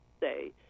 say